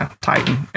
tighten